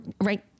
Right